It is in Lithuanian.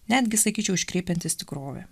netgi sakyčiau iškreipiantis tikrovę